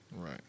Right